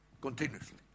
continuously